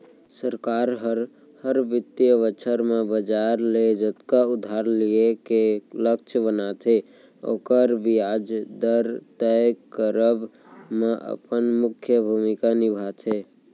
सरकार हर, हर बित्तीय बछर म बजार ले जतका उधार लिये के लक्छ बनाथे ओकर बियाज दर तय करब म अपन मुख्य भूमिका निभाथे